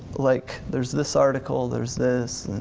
like there's this article, there's this.